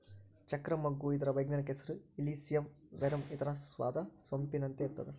ಚಕ್ರ ಮಗ್ಗು ಇದರ ವೈಜ್ಞಾನಿಕ ಹೆಸರು ಇಲಿಸಿಯಂ ವೆರುಮ್ ಇದರ ಸ್ವಾದ ಸೊಂಪಿನಂತೆ ಇರ್ತಾದ